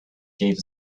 gave